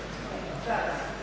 Hvala